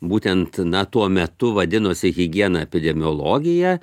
būtent na tuo metu vadinosi higiena epidemiologija